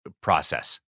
process